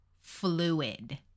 fluid